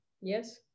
yes